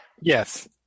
Yes